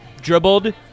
dribbled